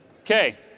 Okay